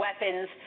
weapons